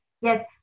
Yes